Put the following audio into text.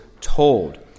told